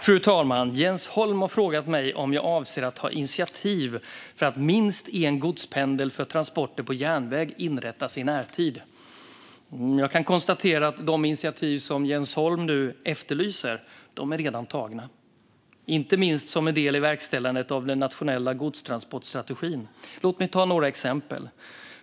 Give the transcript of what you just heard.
Fru talman! Jens Holm har frågat mig om jag avser att ta initiativ för att minst en godspendel för transporter på järnväg inrättas i närtid. Jag kan konstatera att de initiativ som Jens Holm efterlyser redan är tagna, inte minst som del i verkställandet av den nationella godstransportstrategin. Låt mig ta några exempel.